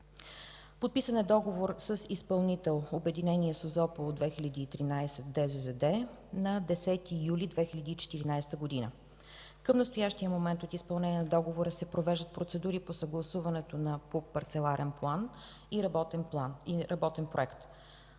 Подписан е договор с изпълнител „Обединение Созопол 2013” ДЗЗД на 10 юли 2014 г. Към настоящия момент от изпълнение на договора се провеждат процедури по съгласуването по парцеларен план и работен проект.